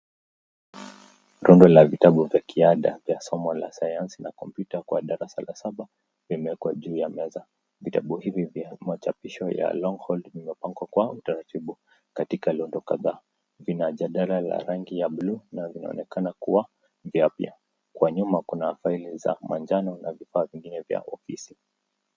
Rundo la vitabu vya kiada vya somo la sayansi na kompyuta kwa darasa la saba vimewekwa juu ya meza. Vitabu hivi vya machapisho ya Longhorn ni mapango kwa utaratibu katika londo kadhaa. Vina jada la rangi ya blue na vinaonekana kuwa vyapya. Kwa nyuma kuna faili za manjano na vifaa vingine vya ofisi.